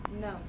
No